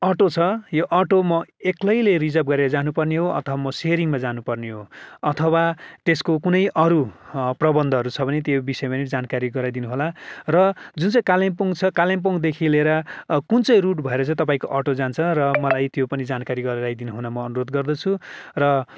auto छ यो auto म एक्लैले रिजर्भ गरेर जानुपर्ने हो अथवा म सेयरिङमा जानुपर्ने हो अथवा त्यसको कुनै अरू प्रबन्धहरू छ भने त्यो विषयमा पनि जानकारी गराइदिनु होला र जुन चाहिँ कालिम्पोङ छ कालिम्पोङदेखि लिएर कुन चाहिँ रुट भएर तपाईँको अटो जान्छ र मलाई त्यो पनि जानकारी गराइदिनु हुन म अनुरोध गर्दछु र